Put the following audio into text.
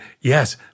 yes